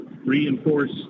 reinforce